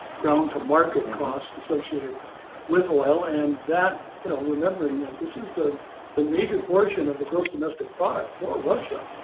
ground to market cost, associated with oil and that, you know, remembering that this is the major major portion of the gross domestic product for russia.